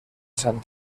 sant